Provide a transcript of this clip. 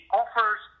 offers